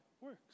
works